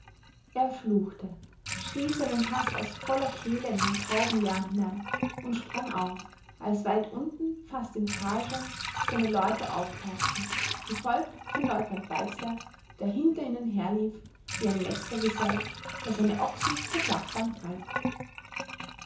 er fluchte schrie seinen haß aus voller kehle in den tauben lärm hinein und sprang auf als weit unten fast im tal schon seine leute auftauchten gefolgt von leutnant weixler der hinter ihnen herlief wie ein metzgergesell der seine ochsen zur schlachtbank treibt